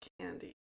candy